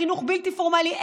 לחינוך בלתי פורמלי,